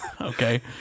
Okay